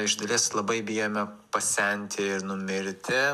iš dalies labai bijome pasenti ir numirti